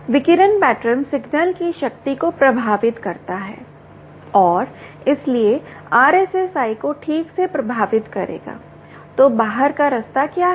इसलिए विकिरण pattern signal की शक्ति को प्रभावित करता है और इसलिए RSSI को ठीक से प्रभावित करेगा तो बाहर का रास्ता क्या है